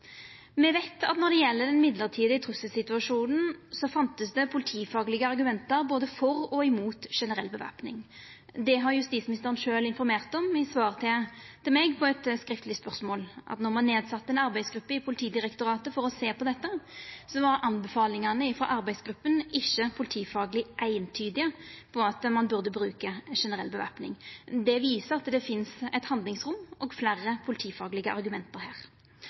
gjeld den mellombelse trusselsituasjonen, fanst det politifaglege argument både for og imot generell bevæpning. Dette har justisministeren sjølv informert om i svar til meg på eit skriftleg spørsmål: Då ein sette ned ei arbeidsgruppe i Politidirektoratet for å sjå på dette, var anbefalingane frå arbeidsgruppa ikkje politifagleg eintydige på at ein burde bruka generell bevæpning. Det viser at det finst eit handlingsrom og fleire politifaglege argument her.